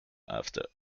after